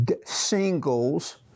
singles